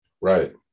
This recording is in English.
Right